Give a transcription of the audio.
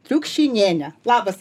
triukšinienė labas